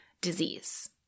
disease